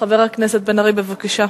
חבר הכנסת בן-ארי, בבקשה.